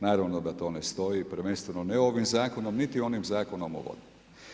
Naravno da to ne stoji, prvenstveno ne ovim Zakonom niti onim Zakonom o vodama.